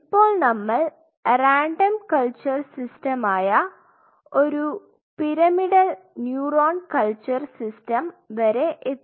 ഇപ്പോൾ നമ്മൾ random culture സിസ്റ്റമായ ഒരു പിരമിഡൽ ന്യൂറോൺ കൾച്ചർ സിസ്റ്റം വരെ എത്തി